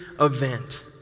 event